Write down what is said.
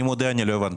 אני מודה, אני לא הבנתי.